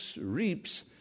reaps